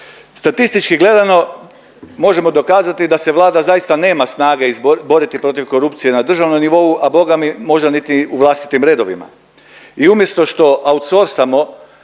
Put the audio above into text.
Statistički gledano možemo dokazati da se Vlada zaista nema snage boriti protiv korupcije na državnom nivou, a Boga mi možda niti u vlastitim redovima i umjesto što outsorsamo